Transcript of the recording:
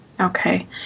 Okay